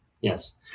yes